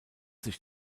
sich